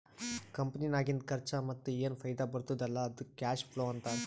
ಕಂಪನಿನಾಗಿಂದ್ ಖರ್ಚಾ ಮತ್ತ ಏನ್ ಫೈದಾ ಬರ್ತುದ್ ಅಲ್ಲಾ ಅದ್ದುಕ್ ಕ್ಯಾಶ್ ಫ್ಲೋ ಅಂತಾರ್